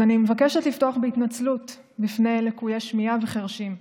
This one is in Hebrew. אני מבקשת לפתוח בהתנצלות בפני לקויי שמיעה וחירשים.